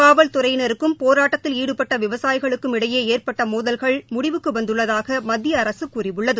காவல்துறையினருக்கும் போராட்டத்தில் ஈடுபட்ட விவசாயிகளுக்கும் இடையே ஏற்பட்ட மோதல்கள் முடிவுக்கு வந்துள்ளதாக மத்திய அரசு கூறியுள்ளது